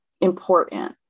important